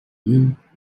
new